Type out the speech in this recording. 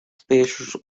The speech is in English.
specials